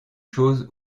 chose